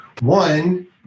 one